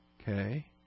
Okay